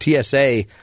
TSA